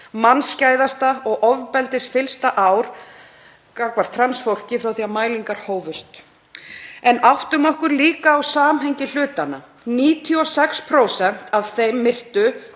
mannskæðasta og ofbeldisfyllsta ár gagnvart trans fólki frá því að mælingar hófust. En áttum okkur líka á samhengi hlutanna. 96% af þeim myrtu